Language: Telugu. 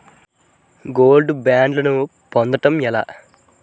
గోల్డ్ బ్యాండ్లను పొందటం ఎలా?